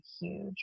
huge